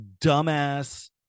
dumbass